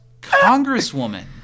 congresswoman